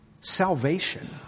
Salvation